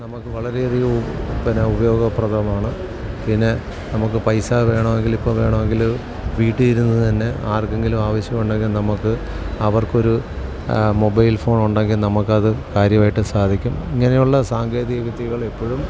നമുക്ക് വളരെ അധികം പിന്നെ ഉപയോഗപ്രദമാണ് പിന്നെ നമുക്ക് പൈസ വേണമെങ്കിൽ ഇപ്പോൾ വേണമെങ്കിൽ വീട്ടിൽ ഇരുന്ന് തന്നെ ആർക്കെങ്കിലും ആവശ്യമുണ്ടെങ്കിൽ നമുക്ക് അവർക്കൊരു മൊബൈൽ ഫോൺ ഉണ്ടെങ്കിൽ നമുക്കത് കാര്യമായിട്ട് സാധിക്കും ഇങ്ങനെ ഉള്ള സാങ്കേതിക വിദ്യകൾ ഇപ്പഴും